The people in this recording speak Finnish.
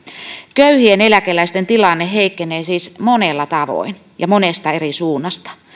köyhien eläkeläisten tilanne heikkenee siis monella tavoin ja monesta eri suunnasta